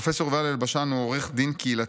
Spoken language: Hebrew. פרופ' יובל אלבשן הוא עורך דין קהילתי,